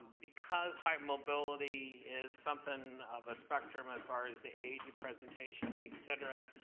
because hypermobility is something of a spectrum, as far as the age of presentation, etc.